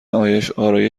آرایشم